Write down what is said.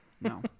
No